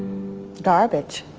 garbage